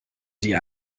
dir